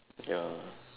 ya